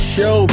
Show